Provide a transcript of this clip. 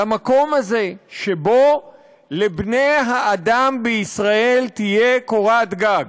למקום הזה שבו לבני האדם בישראל תהיה קורת גג.